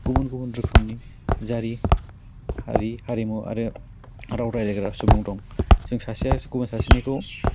गुबुन गुबुन रोखोमनि जारि हारि हारिमु आरो राव रालायग्रा सुबुं दं जों सासेया गुबुन सासेनिखौ